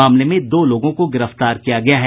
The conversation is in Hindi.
मामले में दो लोगों को गिरफ्तार किया गया है